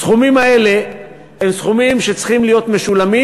הסכומים האלה הם סכומים שצריכים להיות משולמים,